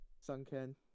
Sunken